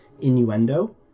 innuendo